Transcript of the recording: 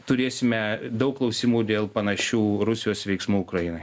turėsime daug klausimų dėl panašių rusijos veiksmų ukrainoj